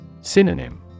Synonym